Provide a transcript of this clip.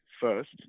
first